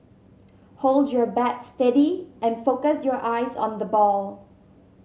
hold your bat steady and focus your eyes on the ball